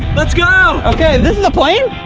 let's go! ok, this is the plane?